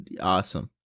Awesome